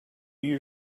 your